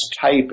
type